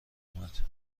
اومد